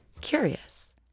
Curious